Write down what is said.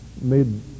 made